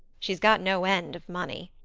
she's got no end of money.